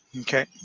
Okay